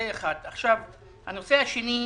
הנושא השני,